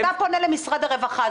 אתה פונה למשרד הרווחה,